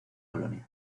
colonias